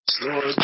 Lord